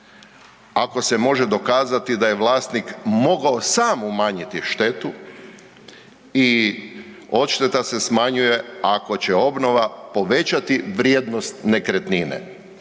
ako se može dokazati da je vlasnik mogao sam umanjiti štetu i odšteta se smanjuje ako će obnova povećati vrijednost nekretnine.